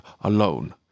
alone